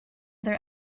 other